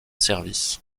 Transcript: service